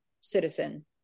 citizen